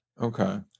Okay